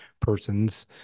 person's